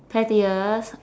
pettiest